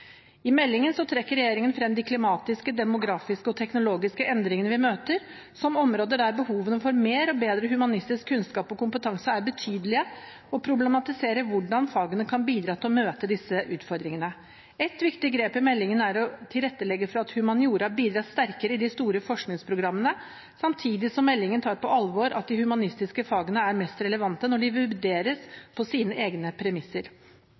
I meldingen trekker regjeringen frem de klimatiske, demografiske og teknologiske endringene vi møter, som områder der behovene for mer og bedre humanistisk kunnskap og kompetanse er betydelige, og problematiserer hvordan fagene kan bidra til å møte disse utfordringene. Et viktig grep i meldingen er å tilrettelegge for at humaniora bidrar sterkere i de store forskningsprogrammene, samtidig som meldingen tar på alvor at de humanistiske fagene er mest relevante når de vurderes på sine egne premisser.